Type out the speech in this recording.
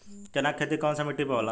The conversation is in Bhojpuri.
चन्ना के खेती कौन सा मिट्टी पर होला?